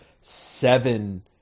seven